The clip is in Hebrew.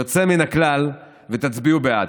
יוצא מן הכלל ותצביעו בעד,